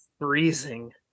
freezing